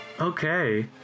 Okay